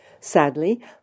Sadly